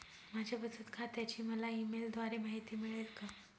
माझ्या बचत खात्याची मला ई मेलद्वारे माहिती मिळेल का?